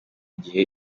gihe